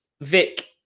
Vic